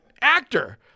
actor